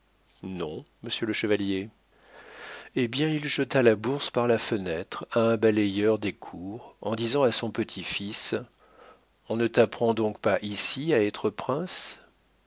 non monsieur le chevalier hé bien il jeta la bourse par la fenêtre à un balayeur des cours en disant à son petit-fils on ne t'apprend donc pas ici à être prince